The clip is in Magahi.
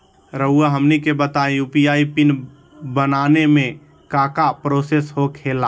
रहुआ हमनी के बताएं यू.पी.आई पिन बनाने में काका प्रोसेस हो खेला?